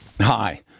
Hi